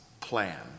plan